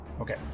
Okay